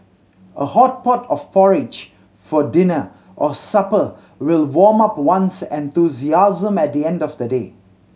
a hot pot of porridge for dinner or supper will warm up one's enthusiasm at the end of a day